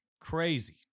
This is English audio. crazy